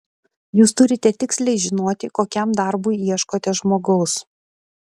jūs turite tiksliai žinoti kokiam darbui ieškote žmogaus